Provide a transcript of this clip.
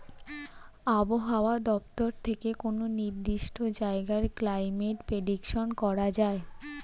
আবহাওয়া দপ্তর থেকে কোনো নির্দিষ্ট জায়গার ক্লাইমেট প্রেডিকশন করা যায়